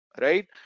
right